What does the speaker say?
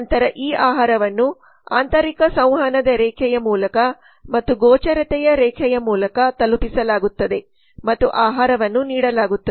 ನಂತರ ಈ ಆಹಾರವನ್ನು ಆಂತರಿಕ ಸಂವಹನದ ರೇಖೆಯ ಮೂಲಕ ಮತ್ತು ಗೋಚರತೆಯ ರೇಖೆಯ ಮೂಲಕ ತಲುಪಿಸಲಾಗುತ್ತದೆ ಮತ್ತು ಆಹಾರವನ್ನು ನೀಡಲಾಗುತ್ತದೆ